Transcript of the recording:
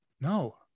no